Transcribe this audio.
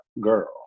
Girl